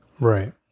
Right